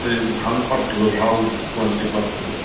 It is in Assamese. এই ভাল পাত দিব ভাল কোৱালিটিৰ পাত দিব